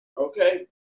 okay